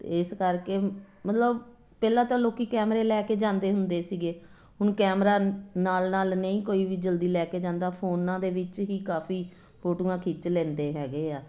ਅਤੇ ਇਸ ਕਰਕੇ ਮਤਲਬ ਪਹਿਲਾਂ ਤਾਂ ਲੋਕ ਕੈਮਰੇ ਲੈ ਕੇ ਜਾਂਦੇ ਹੁੰਦੇ ਸੀਗੇ ਹੁਣ ਕੈਮਰਾ ਨਾਲ ਨਾਲ ਨਹੀਂ ਕੋਈ ਵੀ ਜਲਦੀ ਲੈ ਕੇ ਜਾਂਦਾ ਫੋਨਾਂ ਦੇ ਵਿੱਚ ਹੀ ਕਾਫੀ ਫੋਟੋਆਂ ਖਿੱਚ ਲੈਂਦੇ ਹੈਗੇ ਆ